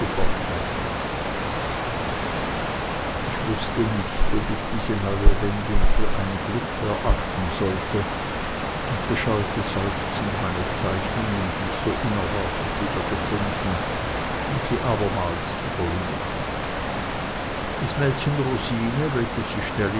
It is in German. ich wußte nicht ob ich diese neue wendung für ein glück erachten sollte und beschaute seufzend meine zeichnungen die ich so unerwartet wiedergefunden um sie abermals zu verlieren das gute mädchen rosine welches sich schnell